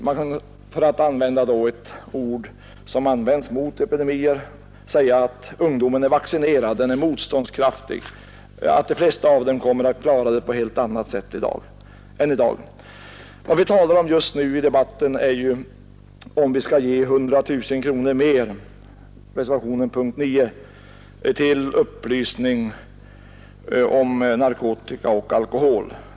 Man kan då, för att använda ett begrepp som brukar tillämpas när det gäller epidemier, säga att ungdomen är vaccinerad, den är motståndskraftig, och de flesta ungdomar kommer att klara sig på ett helt annat sätt än i dag. Vad vi talar om just nu i debatten är ju om vi skall ge 100 000 kronor mer — det är detta som reservationen D vid punkten 9 gäller — till upplysning om narkotika och alkohol.